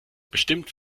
bestimmt